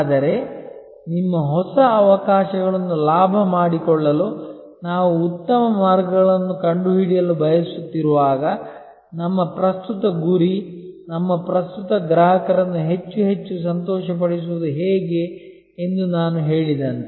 ಆದರೆ ನಿಮ್ಮ ಹೊಸ ಅವಕಾಶಗಳನ್ನು ಲಾಭ ಮಾಡಿಕೊಳ್ಳಲು ನಾವು ಉತ್ತಮ ಮಾರ್ಗಗಳನ್ನು ಕಂಡುಹಿಡಿಯಲು ಬಯಸುತ್ತಿರುವಾಗ ನಮ್ಮ ಪ್ರಸ್ತುತ ಗುರಿ ನಮ್ಮ ಪ್ರಸ್ತುತ ಗ್ರಾಹಕರನ್ನು ಹೆಚ್ಚು ಹೆಚ್ಚು ಸಂತೋಷಪಡಿಸುವುದು ಹೇಗೆ ಎಂದು ನಾನು ಹೇಳಿದಂತೆ